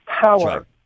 power